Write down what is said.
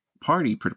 party